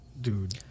Dude